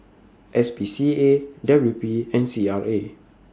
S P C A W P and C R A